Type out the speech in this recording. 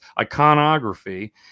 iconography